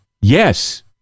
Yes